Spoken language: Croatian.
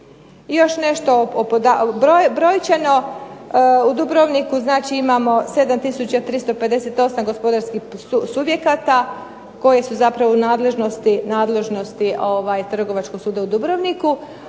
još nešto brojčano. U Dubrovniku znači imamo 7 358 gospodarskih subjekata koji su zapravo u nadležnosti Trgovačkog suda u Dubrovniku,